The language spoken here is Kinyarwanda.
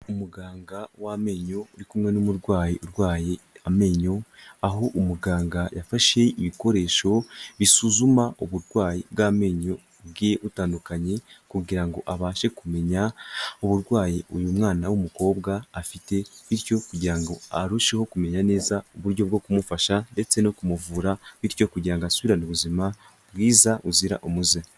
Umuganga w'amenyo uri kumwe n'umurwayi urwaye amenyo, aho umuganga yafashe ibikoresho bisuzuma uburwayi bw'amenyo bwe butandukanye. Kugira ngo abashe kumenya uburwayi uyu mwana w'umukobwa afite, bityo kugira ngo arusheho kumenya neza uburyo bwo kumufasha ndetse no kumuvura bityo kugira ngo asubirane ubuzima bwiza buzira umuze.